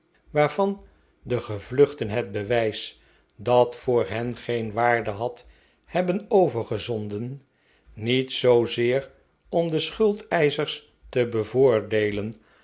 waarvan de gevluchten het bewijs dat voor hen geen waarde had hebben overgezoriden niet zoozeer om de schuldeischers te bevoordeelen